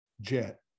jet